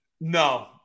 No